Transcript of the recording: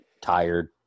tired